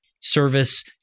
Service